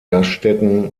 gaststätten